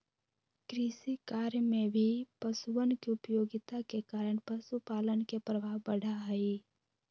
कृषिकार्य में भी पशुअन के उपयोगिता के कारण पशुपालन के प्रभाव बढ़ा हई